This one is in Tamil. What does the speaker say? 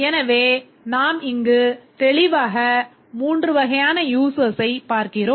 எனவே நாம் இங்கு தெளிவாக 3 வகையான users ஐப் பார்க்கிறோம்